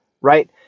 right